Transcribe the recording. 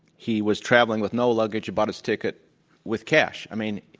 he was traveling with no luggage. bought his ticket with cash. i mean,